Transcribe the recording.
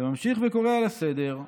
וממשיך וקורא על הסדר".